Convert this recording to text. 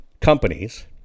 companies